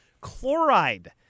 Chloride